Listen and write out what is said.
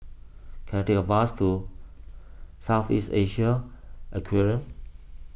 can I take a bus to South East Asian Aquarium